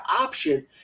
option